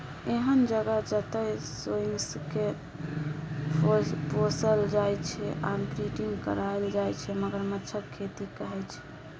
एहन जगह जतय सोंइसकेँ पोसल जाइ छै आ ब्रीडिंग कराएल जाइ छै मगरमच्छक खेती कहय छै